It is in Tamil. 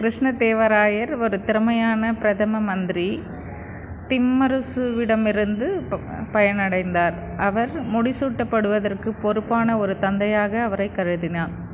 கிருஷ்ணதேவராயர் ஒரு திறமையான பிரதம மந்திரி திம்மருசுவிடமிருந்து ப பயனடைந்தார் அவர் முடிசூட்டப்படுவதற்குப் பொறுப்பான ஒரு தந்தையாக அவரைக் கருதினார்